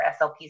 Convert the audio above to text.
SLPs